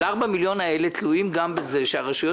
אבל 4 מיליון השקלים האלה תלויים גם בכך שהרשויות